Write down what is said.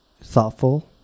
thoughtful